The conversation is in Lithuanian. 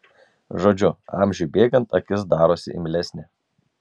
žodžiu amžiui bėgant akis darosi imlesnė